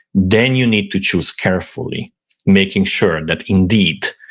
then you need to choose carefully making sure that indeed